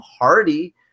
Hardy